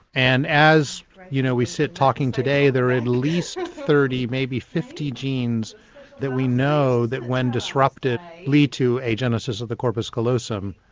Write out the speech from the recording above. and as you know we sit talking today there are at least thirty, maybe fifty genes that we know, that when disrupted lead to an agenesis of the corpus callosum.